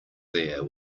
there